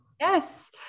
Yes